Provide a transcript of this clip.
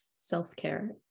self-care